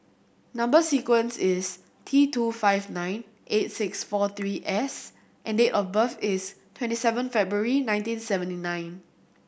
number sequence is T two five nine eight six four three S and date of birth is twenty seven February nineteen seventy nine